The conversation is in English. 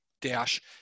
dash